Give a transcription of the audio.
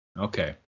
okay